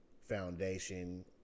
foundation